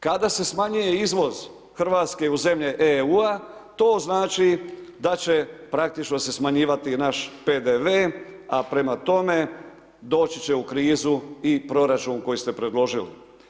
Kada se smanjuje izvoz Hrvatske u zemlje EU to znači da će praktično se smanjivati naš PDV, a prema tome doći će u krizu i proračun koji ste predložili.